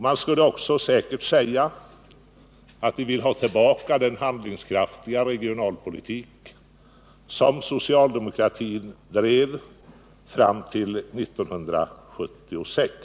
Man skulle säkert också säga: Vi vill ha tillbaka den handlingskraftiga regionalpolitik som socialdemokratin drev fram till 1976.